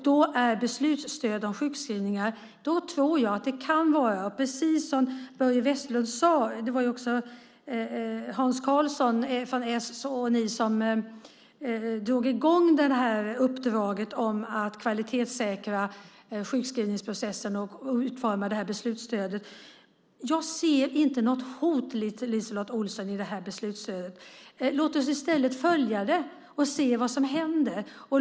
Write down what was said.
Det var ju Hans Karlsson och ni från s som drog i gång uppdraget att kvalitetssäkra sjukskrivningsprocessen och utforma beslutsstödet. Jag ser inte något hot i beslutsstödet, LiseLotte Olsson. Låt oss i stället följa det och se vad som händer.